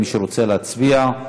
מי שרוצה להצביע,